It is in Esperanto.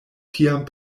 tiam